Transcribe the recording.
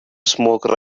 smoke